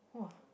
!wah!